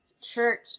church